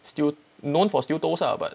steel known for steel toes ah but